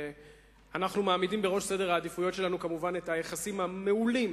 שאנחנו מעמידים בראש סדר העדיפויות שלנו כמובן את היחסים המעולים